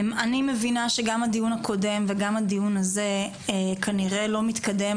אני מבינה שגם הדיון הקודם וגם הדיון הזה כנראה לא מתקדם,